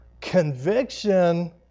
conviction